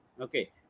okay